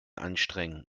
anstrengen